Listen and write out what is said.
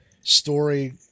Story